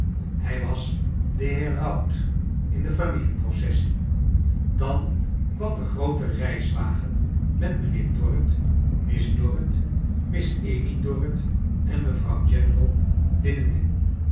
hij was de heraut in de familie processie dan kwam de groote reiswagen met mrjnheer dorrit miss dorrit miss amy dorrit en mevrouw general binnenin